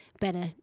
better